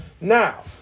Now